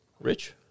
Rich